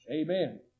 Amen